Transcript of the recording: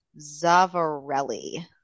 Zavarelli